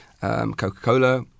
Coca-Cola